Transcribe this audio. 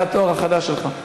זה התואר החדש שלך,